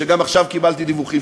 וגם עכשיו קיבלתי דיווחים,